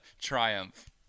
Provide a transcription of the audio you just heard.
triumph